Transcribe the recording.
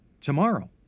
tomorrow